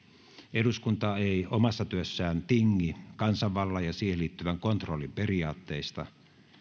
eduskunta ei omassa työssään tingi kansanvallan ja siihen liittyvän kontrollin periaatteista